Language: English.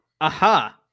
aha